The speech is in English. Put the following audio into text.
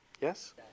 Yes